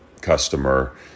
customer